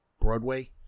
Broadway